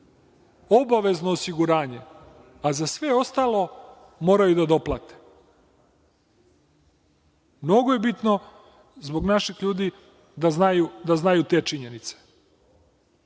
obavezno osiguranje, a za sve ostalo moraju da doplate. Mnogo je bitno zbog naših ljudi da znaju te činjenice,